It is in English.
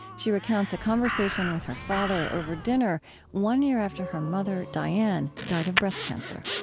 she recounts a conversation with her father over dinner one year after her mother, diane, died of breast cancer